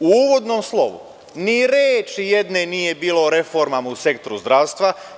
U uvodnom slovu, ni reči jedne nije bilo o reformama u sektoru zdravstva.